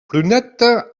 prunette